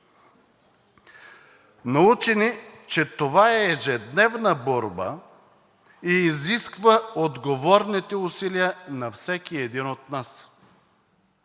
Научи ни, че това е ежедневна борба и изисква отговорните усилия на всеки един от нас